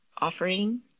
offering